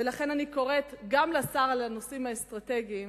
ולכן אני קוראת גם לשר לנושאים אסטרטגיים